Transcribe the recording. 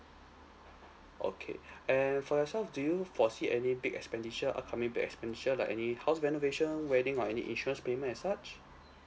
okay and for yourself do you foresee any big expenditure upcoming big expenditure like any house renovation wedding or any insurance payment and such